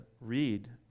read